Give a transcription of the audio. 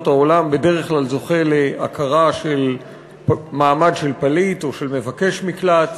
העולם בדרך כלל זוכה להכרה של מעמד של פליט או של מבקש מקלט,